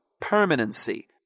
permanency